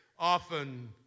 Often